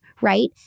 right